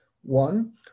One